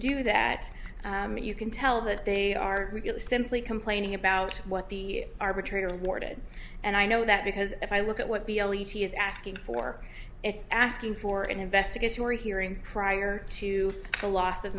do that you can tell that they are simply complaining about what the arbitrator awarded and i know that because if i look at what he is asking for it's asking for an investigatory hearing prior to the loss of